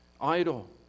idle